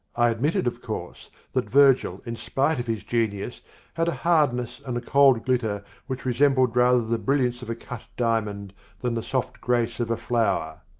i admitted of course that virgil in spite of his genius had a hardness and a cold glitter which resembled rather the brilliance of a cut diamond than the soft grace of a flower.